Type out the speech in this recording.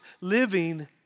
living